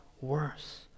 worse